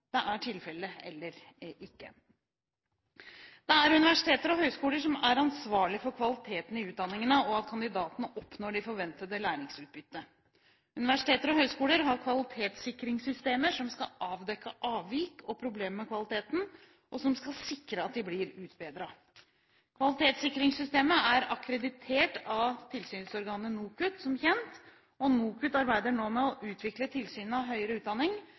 det er tilfellet eller ikke. Det er universiteter og høyskoler som er ansvarlig for kvaliteten i utdanningene, og at kandidatene oppnår det forventede læringsutbyttet. Universiteter og høyskoler har kvalitetssikringssystemer som skal avdekke avvik og problemer med kvaliteten, og som skal sikre at de blir utbedret. Kvalitetssikringssystemene er som kjent akkreditert av tilsynsorganet NOKUT. NOKUT arbeider nå med å utvikle tilsynet av høyere utdanning